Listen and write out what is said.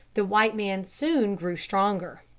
the white man soon grew stronger.